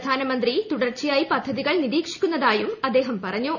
പ്രധാനമന്ത്രി തുടർച്ചയായി പദ്ധതീക്കൾ നിരീക്ഷിക്കുന്നതായും അദ്ദേഹം പറഞ്ഞു